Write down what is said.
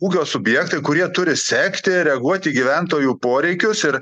ūkio subjektai kurie turi sekti reaguoti į gyventojų poreikius ir